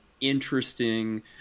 interesting